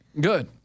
Good